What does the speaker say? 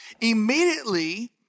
immediately